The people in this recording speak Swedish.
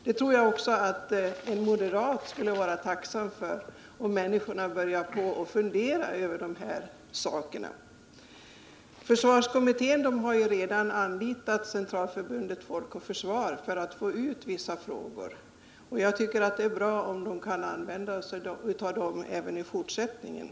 Jag tror att också en moderat borde kunna vara tacksam om människorna började fundera över de sakerna. Försvarskommittén har redan anlitat Centralförbundet Folk och försvar för att informera om vissa frågor, och jag tycker att det är bra om kommittén kan utnyttja Folk och försvar även i fortsättningen.